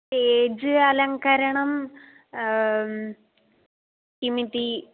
age अलङ्करणं किमिति